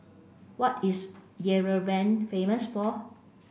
what is Yerevan famous for